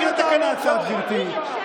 אין הודעה מהצד, גברתי.